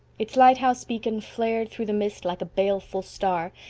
its lighthouse beacon flared through the mist like a baleful star,